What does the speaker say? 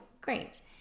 Great